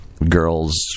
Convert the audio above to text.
Girls